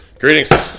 Greetings